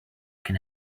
can